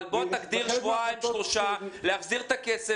אבל תגדיר שבועיים-שלושה להחזיר את הכסף,